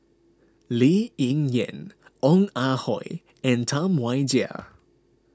Lee Ling Yen Ong Ah Hoi and Tam Wai Jia